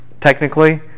Technically